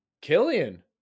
Killian